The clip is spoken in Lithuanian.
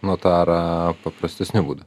notarą paprastesniu būdu